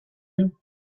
you